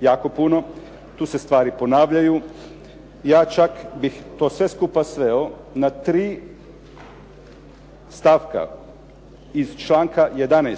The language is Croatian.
jako puno. Tu se stvari ponavljaju. Ja čak bih to sve skupa sveo na tri stavka iz članka 11.